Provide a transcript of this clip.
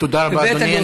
תודה רבה, אדוני.